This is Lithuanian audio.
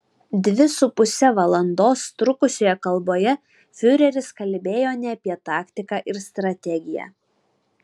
dvi su puse valandos trukusioje kalboje fiureris kalbėjo ne apie taktiką ir strategiją